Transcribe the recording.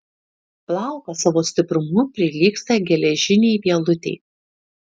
plaukas savo stiprumu prilygsta geležinei vielutei